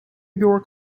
york